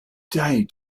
day